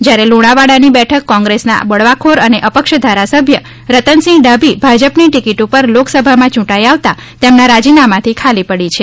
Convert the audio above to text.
જયારે લુણાવાડાની બેઠક કોંગ્રેસના બળવાખોર અને અપક્ષ ધારાસભ્ય રતનસિંહ ડાભી ભાજપની ટિકિટ ઉપર લોકસભામાં ચૂંટાઇ આવતાં તેમના રાજીનામાતી ખાલી પડી છે